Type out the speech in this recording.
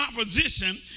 opposition